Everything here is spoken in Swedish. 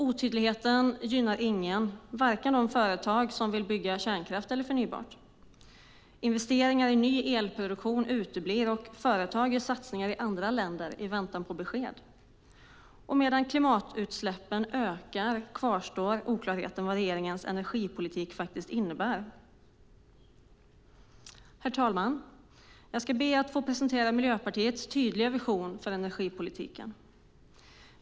Otydligheten gynnar ingen, vare sig de företag som vill bygga kärnkraft eller dem som vill ha förnybart. Investeringar i ny elproduktion uteblir, och företag gör satsningar i andra länder i väntan på besked. Medan klimatutsläppen ökar kvarstår oklarheten om vad regeringens energipolitik faktiskt innebär. Herr talman! Jag ber att få presentera Miljöpartiets tydliga vision avseende energipolitiken.